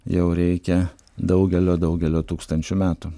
jau reikia daugelio daugelio tūkstančių metų